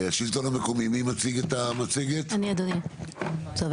נתחיל עם משרד